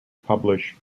publish